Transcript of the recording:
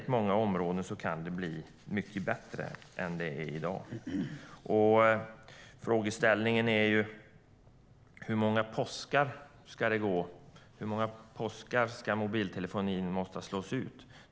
På många områden kan det bli mycket bättre än vad det är i dag. Frågeställningen är: Hur många påskar ska mobiltelefonin behöva slås ut?